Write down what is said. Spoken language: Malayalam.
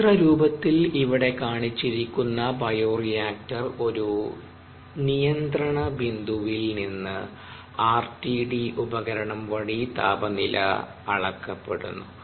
ചിത്ര രൂപത്തിൽ ഇവിടെ കാണിച്ചിരിക്കുന്ന ബയോറിയാക്ടർ ഒരു നിയന്ത്രണ ബിന്ദുവിൽ നിന്ന് ആർടിഡി ഉപകരണം വഴി താപനില അളക്കപ്പെടുന്നു